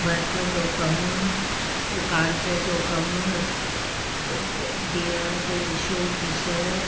भर्त जो कमु कांच जो कमु दीवार जे शो पीस